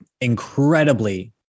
incredibly